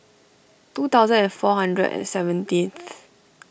two thousand and four hundred and seventeenth